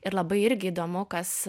ir labai irgi įdomu kas